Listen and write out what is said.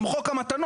גם חוק המתנות,